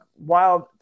wild